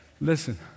Listen